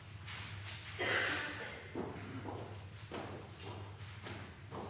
er god